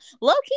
low-key